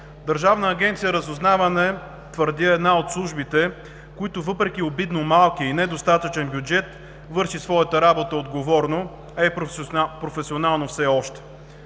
Държавна агенция „Разузнаване“, твърдя, е една от службите, които въпреки обидно малкия и недостатъчен бюджет, върши своята работа отговорно, а и професионално все още.